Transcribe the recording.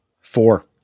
four